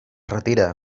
retira